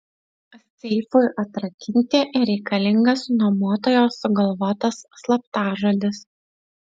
seifui atrakinti reikalingas nuomotojo sugalvotas slaptažodis